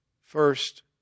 first